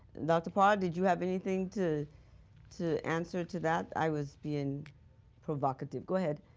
dr. parr, did you have anything to to answer to that? i was being provocative. go ahead.